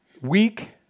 weak